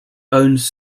owns